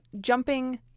jumping